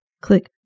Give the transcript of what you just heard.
Click